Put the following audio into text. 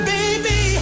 Baby